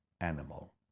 animal